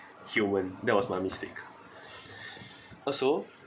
human that was my mistake also